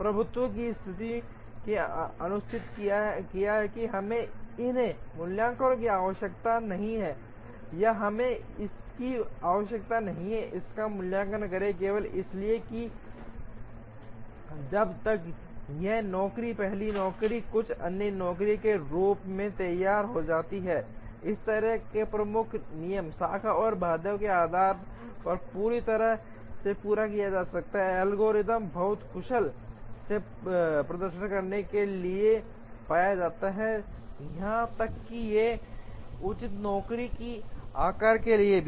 प्रभुत्व की स्थिति ने सुनिश्चित किया कि हमें इसके मूल्यांकन की आवश्यकता नहीं है या हमें इसकी आवश्यकता नहीं है इसका मूल्यांकन करें केवल इसलिए कि जब तक यह नौकरी पहली नौकरी कुछ अन्य नौकरी के रूप में तैयार हो जाती है इस तरह के एक प्रमुख नियम शाखा और बाध्यता के आधार पर पूरी तरह से पूरा किया जा सकता है एल्गोरिथ्म बहुत कुशलता से प्रदर्शन करने के लिए पाया जाता है यहां तक कि उचित नौकरी के आकार के लिए भी